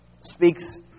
speaks